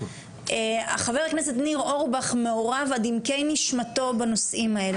חבר הכנסת ניר אורבך מעורב עד עמקי נשמתו בנושאים האלה,